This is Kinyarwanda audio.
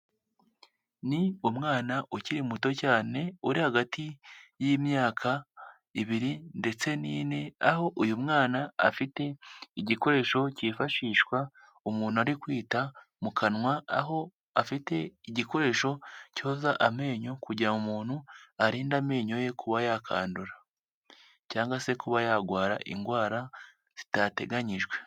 Ni umwana ukiri muto cyane uri hagati y'imyaka ibiri ndetse n'ine aho uyu mwana afite igikoresho cyifashishwa umuntu ari kwita mu kanwa aho afite igikoresho cyoza amenyo kugira ngo umuntu arinde amenyo ye kuba yakandura cyangwa se kuba yarwara indwara zitateganyijwe.